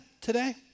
today